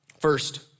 First